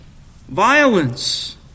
violence